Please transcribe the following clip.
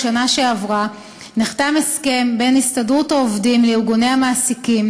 בשנה שעברה נחתם הסכם בין הסתדרות העובדים לארגוני המעסיקים,